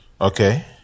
Okay